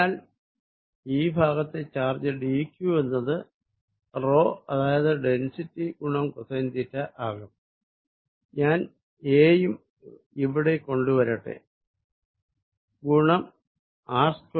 അതിനാൽ ഈ ഭാഗത്തെ ചാർജ് dQ എന്നത് റോ അതായത് ഡെന്സിറ്റി ഗുണം കോസൈൻ തീറ്റ ആകും ഞാൻ a യും ഇവിടെ കൊണ്ട് വരട്ടെ ഗുണം R2